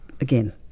again